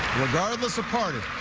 regardless of party,